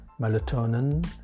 melatonin